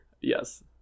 Yes